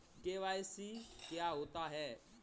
KYC क्या होता है?